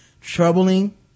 troubling